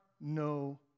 no